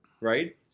right